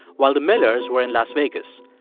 while the millers were in las vegas.